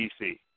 DC